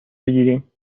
بگیریم